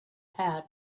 had